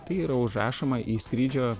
tai yra užrašoma į skrydžio